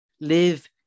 live